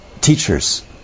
teachers